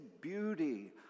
beauty